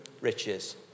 riches